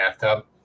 bathtub